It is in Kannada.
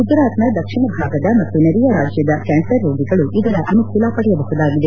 ಗುಜರಾತ್ನ ದಕ್ಷಿಣ ಭಾಗದ ಮತ್ತು ನೆರೆಯ ರಾಜ್ಲದ ಕ್ಲಾನ್ಸರ್ ರೋಗಿಗಳು ಇದರ ಅನುಕೂಲ ಪಡೆಯಬಹುದಾಗಿದೆ